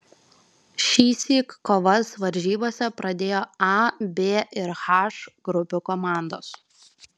šįsyk kovas varžybose pradėjo a b ir h grupių komandos